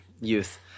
youth